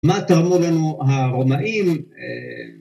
מה תרמו לנו הרומאים